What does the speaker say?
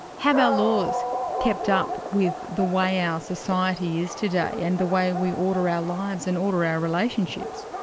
have our laws kept up with the way our society is today and the way we order our lives and order our relationships?